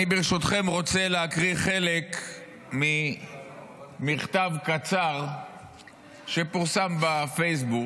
אני ברשותכם רוצה להקריא חלק ממכתב קצר שפורסם בפייסבוק